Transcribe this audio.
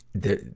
the,